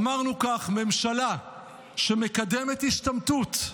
אמרנו כך: ממשלה שמקדמת השתמטות,